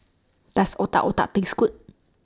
Does Otak Otak Taste Good